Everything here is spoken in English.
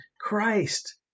Christ